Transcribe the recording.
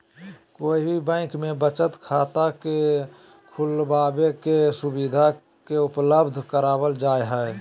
कोई भी बैंक में बचत खाता के खुलबाबे के सुविधा के उपलब्ध करावल जा हई